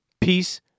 Peace